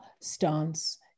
stance